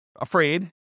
afraid